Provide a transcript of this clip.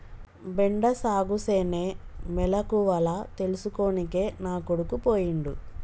బెండ సాగుసేనే మెలకువల తెల్సుకోనికే నా కొడుకు పోయిండు